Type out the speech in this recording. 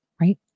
right